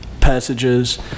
passages